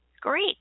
great